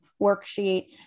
worksheet